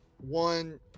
one